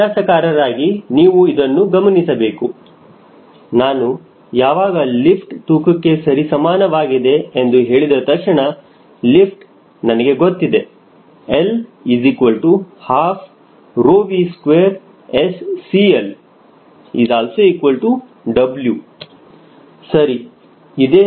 ವಿನ್ಯಾಸಕಾರರಾಗಿ ನೀವು ಇದನ್ನು ಗಮನಿಸಬೇಕು ನಾನು ಯಾವಾಗ ಲಿಫ್ಟ್ ತೂಕಕ್ಕೆ ಸರಿಸಮಾನವಾಗಿದೆ ಎಂದು ಹೇಳಿದ ತಕ್ಷಣ ಲಿಫ್ಟ್ ನನಗೆ ಗೊತ್ತಿದೆ L12W ಸರಿ ಇದೇನು ರೊ ρ